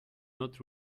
not